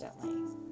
constantly